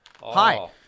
Hi